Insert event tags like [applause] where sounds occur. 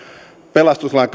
pelastuslain [unintelligible]